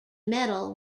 medal